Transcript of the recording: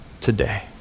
today